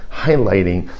highlighting